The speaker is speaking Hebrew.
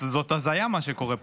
זאת הזיה, מה שקורה פה.